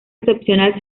excepcional